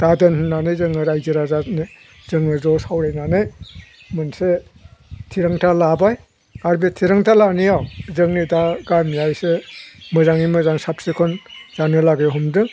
दादोन होननानै जोङो रायजो राजानो जोङो ज' सावरायनानै मोनसे थिरांथा लाबाय आरो बे थिरांथा लानायाव जोंनि दा गामिया इसे मोजाङै मोजां साब सिखन जानो लागै हमदों